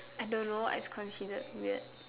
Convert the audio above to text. I don't know what is considered weird